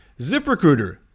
ZipRecruiter